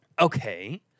Okay